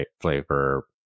flavor